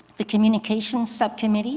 the communications subcommittee